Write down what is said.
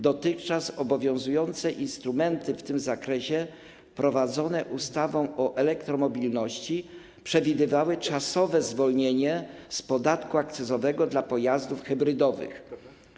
Dotychczas obowiązujące instrumenty w tym zakresie wprowadzone ustawą o elektromobilności przewidywały czasowe zwolnienie z podatku akcyzowego dla pojazdów hybrydowych.